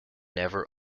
never